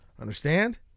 Understand